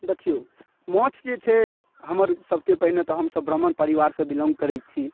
देखिऔ माछ जे छै हमरसभकेँ पहिने तऽ हमसभ ब्राम्हण परिवारसँ बिलॉन्ग करैत छी